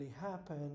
happen